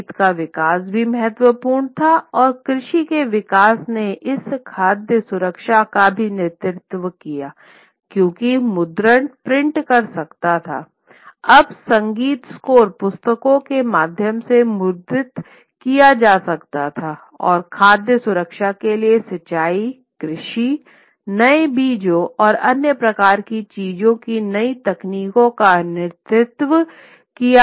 संगीत का विकास भी महत्वपूर्ण था और कृषि के विकास ने इस खाद्य सुरक्षा का भी नेतृत्व किया क्योंकि मुद्रण प्रिंट कर सकता था अब संगीत स्कोर पुस्तकों के माध्यम से मुद्रित किया जा सकता था और खाद्य सुरक्षा के लिए सिंचाई कृषि नए बीजों और अन्य प्रकार की चीजों की नई तकनीकों का नेतृत्व किया गया था